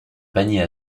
panier